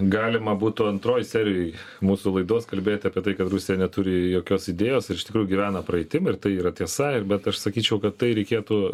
galima būtų antroj serijoj mūsų laidos kalbėti apie tai kad rusija neturi jokios idėjos ir iš tikrųjų gyvena praeitim ir tai yra tiesa ir bet aš sakyčiau kad tai reikėtų